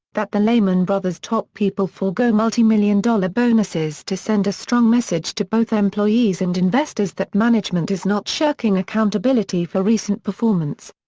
that the lehman brothers' top people forgo multi-million dollar bonuses to send a strong message to both employees and investors that management is not shirking accountability for recent performance.